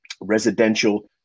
residential